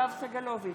סגלוביץ'